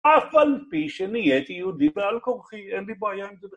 אף על פי שנהייתי יהודי בעל כורחי, אין לי בעיה עם זה...